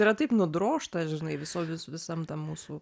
yra taip nudrožta žinai viso vis visam tam mūsų